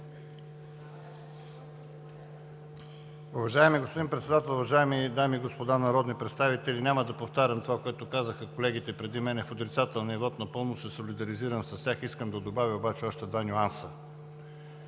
Уважаеми господин Председател, уважаеми дами и господа народни представители! Няма да повтарям това, което казаха колегите преди мен в отрицателния вот. Напълно се солидаризирам с тях. Искам да добавя обаче още два нюанса.